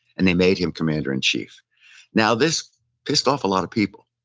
and they made him commander-in-chief now, this pissed off a lot of people.